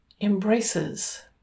embraces